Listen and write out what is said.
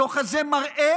הדוח הזה מראה